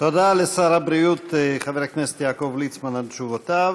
תודה לשר הבריאות חבר הכנסת יעקב ליצמן על תשובותיו.